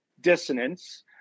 dissonance